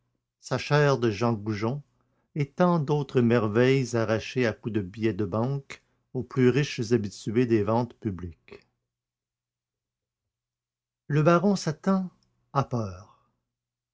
sa chaire de jean goujon et tant d'autres merveilles arrachées à coups de billets de banque aux plus riches habitués des ventes publiques le baron satan a peur